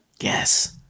Yes